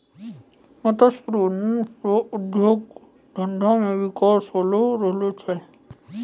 मत्स्य प्रबंधन सह उद्योग धंधा मे बिकास होलो छै